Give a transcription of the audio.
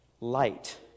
light